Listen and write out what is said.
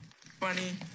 Funny